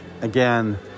again